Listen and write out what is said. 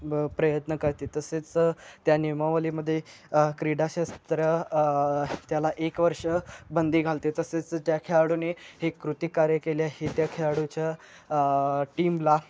ब प्रयत्न करते तसेच त्या नियमावलीमध्ये क्रीडाक्षेत्र त्याला एक वर्ष बंदी घालते तसेच ज्या खेळाडूने हे कृती कार्य केले हे त्या खेळाडूच्या टीमला